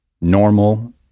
normal